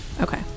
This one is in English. Okay